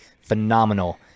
phenomenal